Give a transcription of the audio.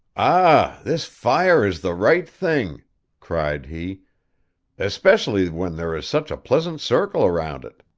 ah, this fire is the right thing cried he especially when there is such a pleasant circle round it.